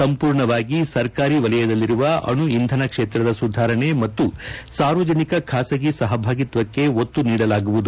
ಸಂಪೂರ್ಣವಾಗಿ ಸರ್ಕಾರಿ ವಲಯದಲ್ಲಿರುವ ಅಣು ಇಂಧನ ಕ್ಷೇತ್ರದ ಸುಧಾರಣೆ ಮತ್ತು ಸಾರ್ವಜನಿಕ ಖಾಸಗಿ ಸಹಭಾಗಿತ್ವಕ್ಕೆ ಒತ್ತು ನೀಡಲಾಗುವುದು